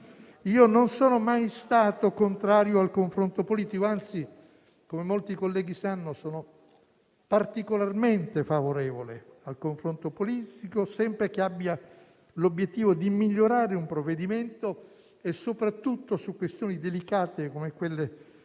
Io non sono mai stato contrario al confronto politico e, anzi, come molti colleghi sanno, sono particolarmente favorevole al confronto, sempre che abbia l'obiettivo di migliorare un provvedimento, soprattutto su questioni delicate come quelle di